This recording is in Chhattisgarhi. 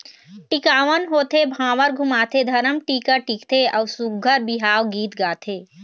टिकावन होथे, भांवर घुमाथे, धरम टीका टिकथे अउ सुग्घर बिहाव गीत गाथे